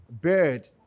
bird